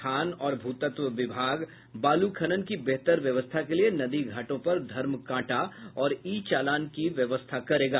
खान और भूत्तव विभाग बालू खनन की बेहतर व्यवस्था के लिए नदी घाटों पर धर्म कांटा और ई चालान की व्यवस्था करेगा